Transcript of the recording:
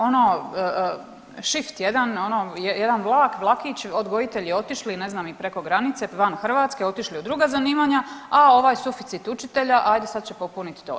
Ono šift jedan, ono jedan vlak, vlakić odgojitelji otišli ne znam i preko granice, van Hrvatske, otišli u druga zanimanja, a ova suficit učitelja ajde sad će popuniti to.